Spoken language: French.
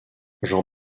jean